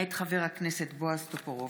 מאת חבר הכנסת בועז טופורובסקי,